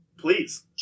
Please